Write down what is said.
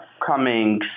upcoming